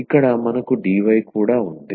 ఇక్కడ మనకు dy కూడా ఉంది